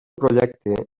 projecte